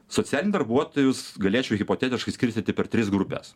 socialinį darbuotojus galėčiau hipotetiškai skirstyti per tris grupes